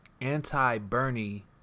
anti-Bernie